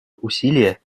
усилия